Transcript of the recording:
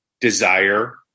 desire